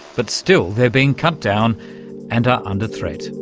but still they're being cut down and are under threat.